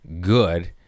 good